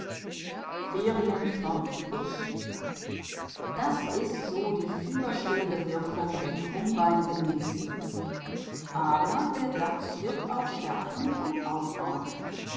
ferien vom ich das ist so die fieberstillende wirkung der krummbeinigen medizin aber der dachs wirkt auch stärkend und aufbauend